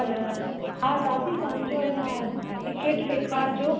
hello हा दादी तव्हांजो इन टिकट ॾेखारजो